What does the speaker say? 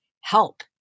help